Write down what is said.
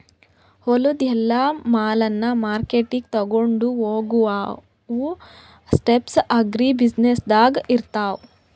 ಹೊಲದು ಎಲ್ಲಾ ಮಾಲನ್ನ ಮಾರ್ಕೆಟ್ಗ್ ತೊಗೊಂಡು ಹೋಗಾವು ಸ್ಟೆಪ್ಸ್ ಅಗ್ರಿ ಬ್ಯುಸಿನೆಸ್ದಾಗ್ ಇರ್ತಾವ